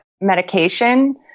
medication